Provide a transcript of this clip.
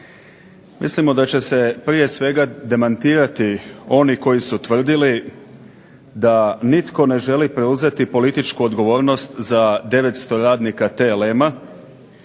mislimo da će se prije svega demantirati oni koji su tvrdili da nitko ne želi preuzeti političku odgovornost za 900 radnika TLM-a,